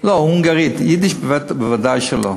יידיש ודאי שלא.